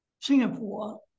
Singapore